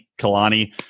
Kalani